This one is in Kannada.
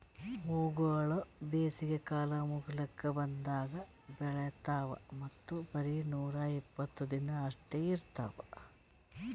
ಹೂವುಗೊಳ್ ಬೇಸಿಗೆ ಕಾಲ ಮುಗಿಲುಕ್ ಬಂದಂಗ್ ಬೆಳಿತಾವ್ ಮತ್ತ ಬರೇ ನೂರಾ ಇಪ್ಪತ್ತು ದಿನ ಅಷ್ಟೆ ಇರ್ತಾವ್